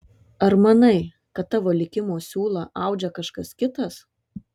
ar manai kad tavo likimo siūlą audžia kažkas kitas